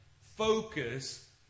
Focus